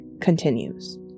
continues